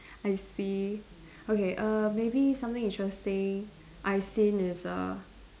I see okay err maybe something interesting I've seen is a